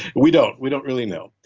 we don't. we don't really know.